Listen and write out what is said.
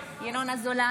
(קוראת בשמות חברי הכנסת) ינון אזולאי,